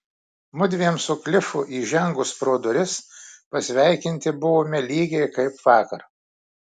mudviem su klifu įžengus pro duris pasveikinti buvome lygiai kaip vakar